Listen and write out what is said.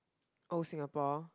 oh Singapore